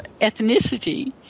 ethnicity